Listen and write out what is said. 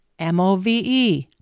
MOVE